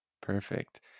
Perfect